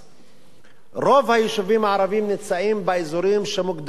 רוב היישובים הערביים נמצאים באזורים שמוגדרים כפריפריה,